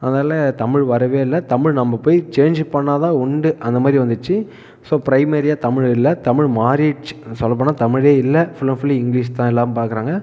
அதனால் தமிழ் வரவே இல்லை தமிழ் நம்ம போய் சேஞ்ச் பண்ணால் தான் உண்டு அந்தமாதிரி வந்துடுச்சு ஸோ ப்ரைமரியாக தமிழ் இல்லை தமிழ் மாறிடுச்சு சொல்லப்போனால் தமிழே இல்லை ஃபுல் அண்ட் ஃபுல்லி இங்கிலிஷ் தான் எல்லாம் பார்க்குறாங்க